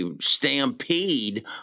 stampede